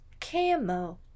Camo